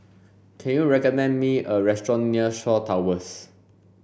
can you recommend me a restaurant near Shaw Towers